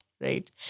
right